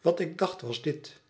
wat ik dacht was dit